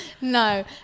no